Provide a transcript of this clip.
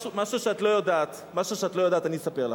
משהו שאת לא יודעת, מה שאת לא יודעת, אני אספר לך.